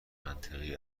منطقی